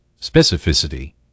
specificity